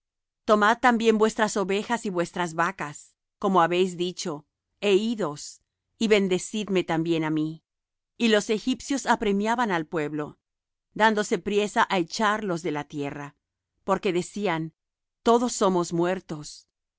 tomad también vuestras ovejas y vuestras vacas como habéis dicho é idos y bendecidme también á mí y los egipcios apremiaban al pueblo dándose priesa á echarlos de la tierra porque decían todos somos muertos